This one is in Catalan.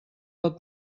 del